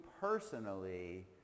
personally